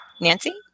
Nancy